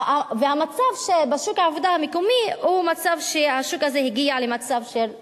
המצב בשוק העבודה המקומי הוא שהשוק הזה הגיע למצב של רוויה.